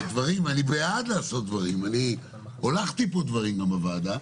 אני בעד לעשות דברים, הולכתי פה דברים בוועדה,